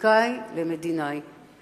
פוליטיקאי למדינאי.